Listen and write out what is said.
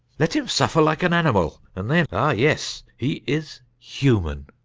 let him suffer like an animal, and then a ah yes, he is human!